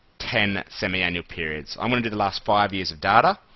ten semi-annual periods. i'm going to do the last five years of data,